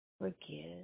forgive